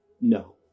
no